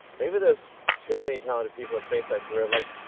maybe there's too many talented people at spacex. we have like.